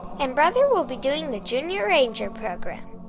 and brother will be doing the junior ranger program.